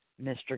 Mr